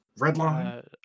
Redline